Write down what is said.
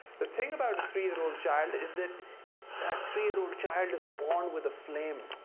the thing about a three-year-old child is that that three-year-old child is born with a flame.